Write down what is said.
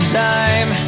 time